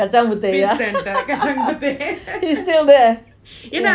kacang puteh yeah he's still there yes